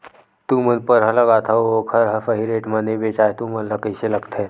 तू मन परहा लगाथव अउ ओखर हा सही रेट मा नई बेचवाए तू मन ला कइसे लगथे?